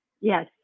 Yes